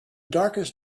darkest